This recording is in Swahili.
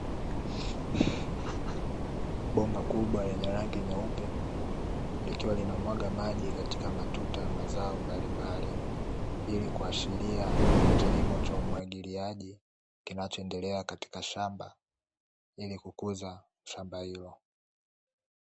Bomba kubwa lenye rangi nyeupe, likiwa linamwaga maji katika matuta ya mazao mbalimbali, ili kuashiria kilimo cha umwagiliaji kinachoendelea katika shamba ili kukuza shamba hilo.